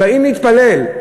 באים להתפלל,